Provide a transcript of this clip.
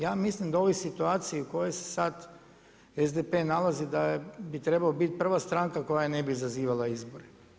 Ja mislim da u ovoj situaciji u kojoj se sad SDP nalazi da bi trebao biti prva stranka koja ne bi izazivala izbore.